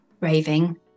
raving